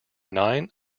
nine